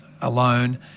alone